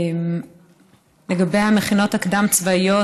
לגבי המכינות הקדם-צבאיות,